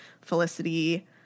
Felicity